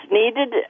needed